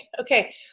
okay